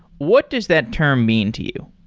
what does that term mean to you?